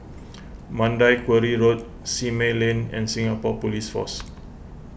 Mandai Quarry Road Simei Lane and Singapore Police Force